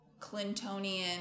Clintonian